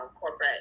corporate